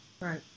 Right